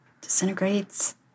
disintegrates